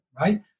right